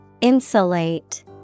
insulate